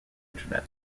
internet